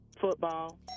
Football